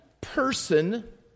person